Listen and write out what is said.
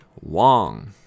Wong